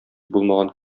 булмаган